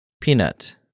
Peanut